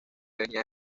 venía